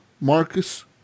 marcus